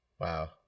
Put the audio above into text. Wow